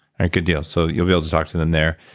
and good deal, so you'll be able to talk to them there.